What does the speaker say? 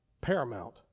paramount